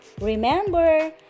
Remember